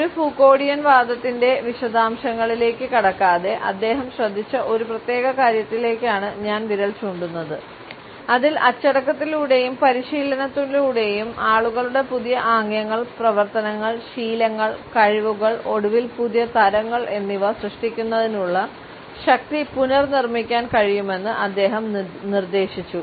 ഒരു ഫൂക്കോഡിയൻ വാദത്തിന്റെ വിശദാംശങ്ങളിലേക്ക് കടക്കാതെ അദ്ദേഹം ശ്രദ്ധിച്ച ഒരു പ്രത്യേക കാര്യത്തിലേക്ക് ആണ് ഞാൻ വിരൽ ചൂണ്ടുന്നത് അതിൽ അച്ചടക്കത്തിലൂടെയും പരിശീലനത്തിലൂടെയും ആളുകളുടെ പുതിയ ആംഗ്യങ്ങൾ പ്രവർത്തനങ്ങൾ ശീലങ്ങൾ കഴിവുകൾ ഒടുവിൽ പുതിയ തരങ്ങൾ എന്നിവ സൃഷ്ടിക്കുന്നതിനുള്ള ശക്തി പുനർനിർമ്മിക്കാൻ കഴിയുമെന്ന് അദ്ദേഹം നിർദ്ദേശിച്ചു